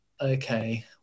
okay